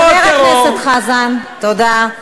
חבר הכנסת חזן, תודה.